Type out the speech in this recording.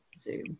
Zoom